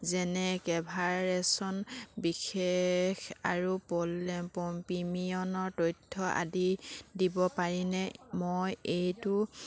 যেনে কভাৰেজৰ সবিশেষ আৰু প্ৰিমিয়ামৰ তথ্য আদি দিব পাৰিনে মই এইটো